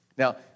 Now